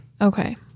Okay